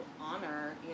honor